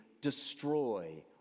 destroy